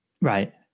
right